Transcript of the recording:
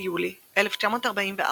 ביולי 1944,